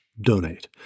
donate